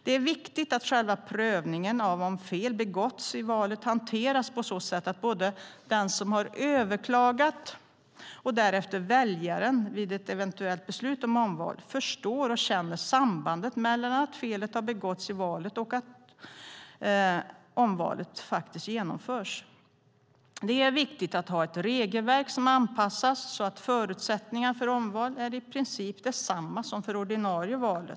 Det är viktigt att själva prövningen av om fel begåtts i valet hanteras på så sätt att både den som har överklagat och därefter väljaren vid ett eventuellt beslut om omval förstår och känner sambandet mellan att felet har begåtts i valet och att omvalet genomförs. Det är viktigt att ha ett regelverk som anpassas så att förutsättningarna för omvalet är i princip desamma som för det ordinarie valet.